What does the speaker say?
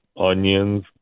onions